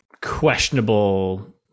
questionable